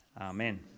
Amen